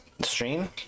stream